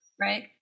right